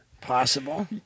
Possible